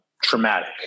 Traumatic